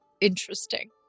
Interesting